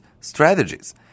strategies